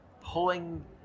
pulling